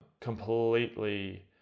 completely